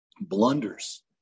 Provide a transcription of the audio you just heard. blunders